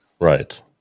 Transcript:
Right